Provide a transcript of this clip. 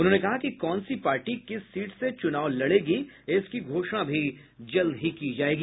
उन्होंने कहा कि कौन सी पार्टी किस सीट से चूनाव लड़ेगी इसकी घोषणा भी जल्द ही की जायेगी